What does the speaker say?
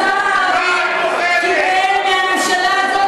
אתה לא רוצה להקשיב, אתה מדבר על דברים שהם לא